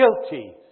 guilty